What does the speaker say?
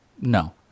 No